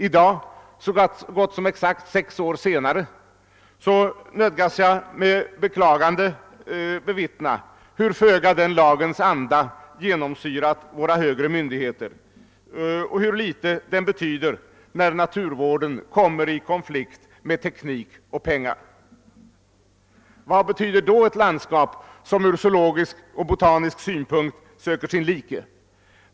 I dag, nästan exakt sex år senare, nödgas jag med beklagande bevittna hur föga den lagens anda har genomsyrat våra högre myndigheter och hur litet den betyder när naturvården kommer i konflikt med teknik och pengar. Vad betyder då ett landskap som ur sociologisk och botanisk synpunkt söker sin like?